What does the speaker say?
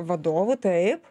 vadovų taip